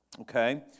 Okay